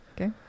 Okay